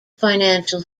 financial